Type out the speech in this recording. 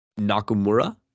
Nakamura